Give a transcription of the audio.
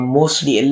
mostly